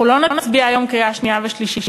אנחנו לא נצביע היום בקריאה שנייה ושלישית,